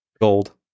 Gold